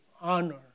honor